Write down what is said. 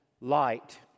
light